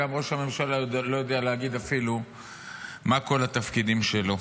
ראש הממשלה לא יודע להגיד אפילו מה כל התפקידים שלה.